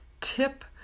tip